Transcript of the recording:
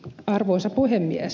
arvoisa puhemies